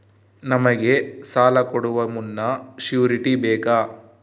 ನಮಗೆ ಸಾಲ ಕೊಡುವ ಮುನ್ನ ಶ್ಯೂರುಟಿ ಬೇಕಾ?